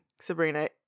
Sabrina